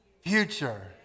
future